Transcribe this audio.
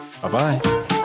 bye-bye